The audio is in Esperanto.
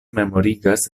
memorigas